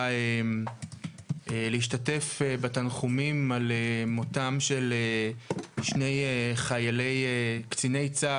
להשתתף בתנחומים על מותם של שני קציני צה"ל,